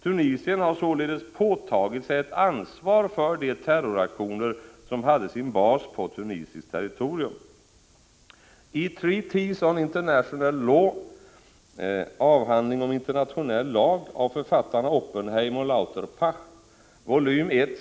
Tunisien har således påtagit sig ett ansvar för de terroraktioner som hade sin bas på tunisiskt territorium.